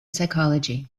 psychology